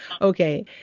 Okay